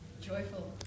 joyful